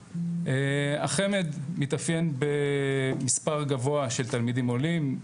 החמ"ד מתאפיין במספר גבוה של תלמידים עולים,